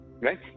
right